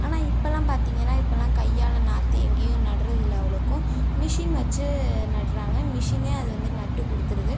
ஆனால் இப்போலாம் பார்த்தீங்கன்னா இப்போலாம் கையால் நாற்று எங்கேயும் நடுறது இல்லை அவ்வளோக்கும் மிஷின் வச்சு நடுறாங்க மிஷினே அது வந்து நட்டு கொடுத்துருது